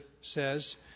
says